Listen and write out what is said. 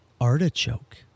artichoke